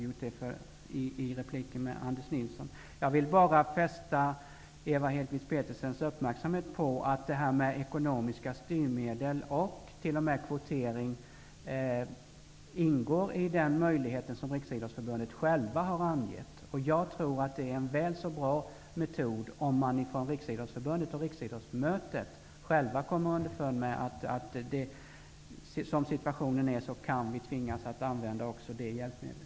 Jag vill bara fästa Ewa Hedkvist Petersens uppmärksamhet på att ekonomiska styrmedel och t.o.m. kvotering ingår i de möjligheter som Riksidrottsförbundet själva har angett. Det är nog en väl så bra metod om man ifrån Riksidrottsförbundet och på riksidrottsmötet kommer underfund med att som situationen ser ut kan man tvingas att använda det hjälpmedlet.